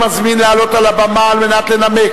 אני מזמין אותו לעלות על הבמה על מנת לנמק,